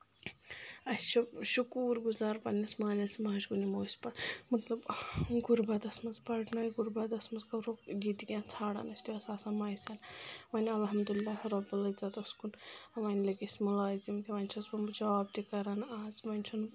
اَسہِ چھُ شکوٗر گُزار پںٕنِس مالِس ماجہِ کُن یِمو أسۍ پَتہٕ مطلب غُربتَس منٛز پَرنٲو غُربتَس منٛز کوٚرُکھ ییٚتہِ تہِ کینٛہہ ژھانڑان أسۍ تہِ ٲس آسان مویَثر وۄنۍ الحمدُلِلحہ رۄبُل عِزتَس کُن وۄنۍ لٔگۍ أسۍ مُلٲزِم تہِ وۄنۍ چھَس بہٕ بہٕ جاب تہِ کَران آز وۄنۍ چھُنہٕ